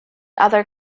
other